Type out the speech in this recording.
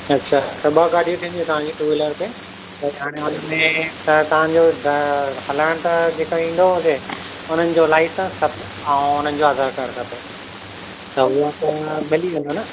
अछा त ॿ गाॾियूं थींदियूं तव्हांजी टू व्हीलर ते पर हाणे हुनमें तव्हांजो त हलाइणु त जेको ईंदो हुजे हुनजो लाइसेंस ऐं हुननि जो आधार कार्ड खपे त हुअ मिली वेंदो न